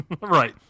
Right